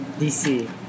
DC